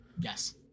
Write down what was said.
Yes